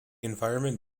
environment